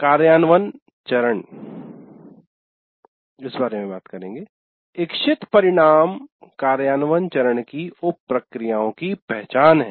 कार्यान्वयन चरण इच्छित परिणाम कार्यान्वयन चरण की उप प्रक्रियाओं की पहचान है